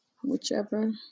Whichever